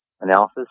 analysis